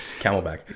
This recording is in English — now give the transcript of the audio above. Camelback